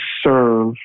serve